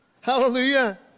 Hallelujah